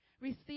receive